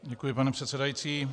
Děkuji, pane předsedající.